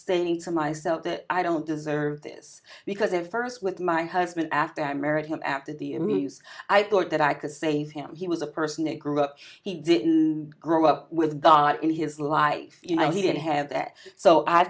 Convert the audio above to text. saying to myself i don't deserve this because of first with my husband after i married him after the him use i thought that i could save him he was a person it grew up he didn't grow up with god in his life you know he didn't have that so i